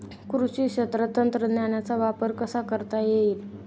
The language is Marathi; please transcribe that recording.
कृषी क्षेत्रात तंत्रज्ञानाचा वापर कसा करता येईल?